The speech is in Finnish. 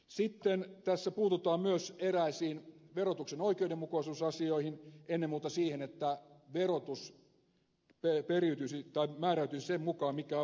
sitten tässä puututaan myös eräisiin verotuksen oikeudenmukaisuusasioihin ennen muuta siihen että verotus määräytyisi sen mukaan mikä on verotuksen maksukyky